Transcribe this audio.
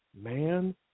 man